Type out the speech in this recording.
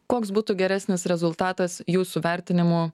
koks būtų geresnis rezultatas jūsų vertinimu